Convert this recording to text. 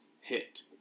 hit